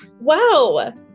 Wow